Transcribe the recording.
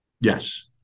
Yes